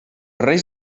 reis